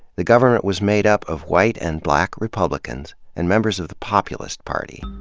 the government was made up of white and black republicans, and members of the populist party.